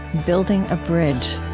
building a bridge